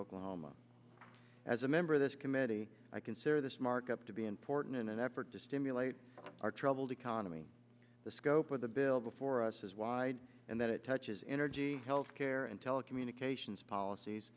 oklahoma as a member of this committee i consider this markup to be important in an effort to stimulate our troubled economy the scope of the bill before us is wide and that it touches energy health care and telecommute cations policies